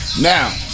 Now